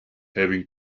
having